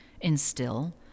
instill